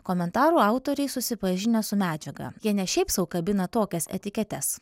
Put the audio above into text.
komentarų autoriai susipažinę su medžiaga jie ne šiaip sau kabina tokias etiketes